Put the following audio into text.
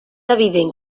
evident